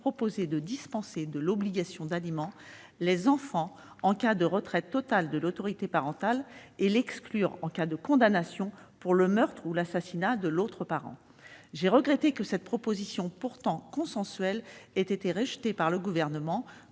dispenser les enfants de l'obligation d'aliment en cas de retrait total de l'autorité parentale et d'exclure cette obligation en cas de condamnation pour le meurtre ou l'assassinat de l'autre parent. J'ai regretté que cette proposition, pourtant consensuelle, ait été rejetée par le Gouvernement